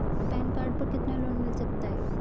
Pan card पर कितना loan मिल सकता है?